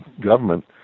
government